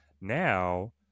Now